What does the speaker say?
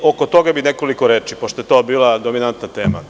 Oko toga bih nekoliko reči, pošto je to bila dominantna tema.